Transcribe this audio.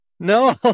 No